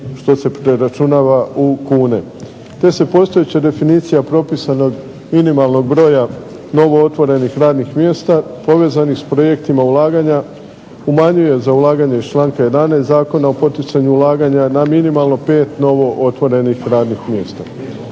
što se preračunava u kune. Te se postojeća definicija propisanog minimalnog broja novootvorenih radnih mjesta povezanih s projektima ulaganja umanjuje za ulaganje iz članka 11. Zakona o poticanju ulaganja na minimalno novootvorenih radnih mjesta.